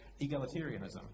egalitarianism